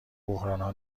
بحرانها